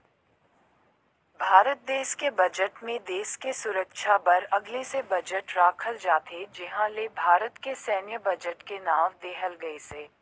भारत देस के बजट मे देस के सुरक्छा बर अगले से बजट राखल जाथे जिहां ले भारत के सैन्य बजट के नांव देहल गइसे